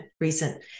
recent